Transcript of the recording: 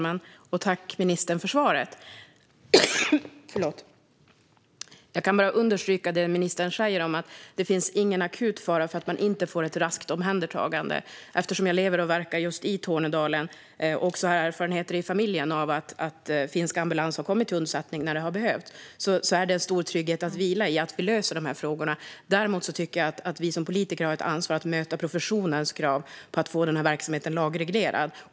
Fru talman! Tack, ministern, för svaret! Jag kan bara understryka vad ministern säger om att det inte finns någon akut fara för att man inte ska få ett raskt omhändertagande. Eftersom jag lever och verkar i just Tornedalen har jag egna erfarenheter i familjen av att finsk ambulans har kommit till undsättning när det har behövts. Det är en stor trygghet att vila i att vi löser frågorna. Däremot anser jag att vi politiker har ett ansvar att möta professionens krav på att få verksamheten lagreglerad.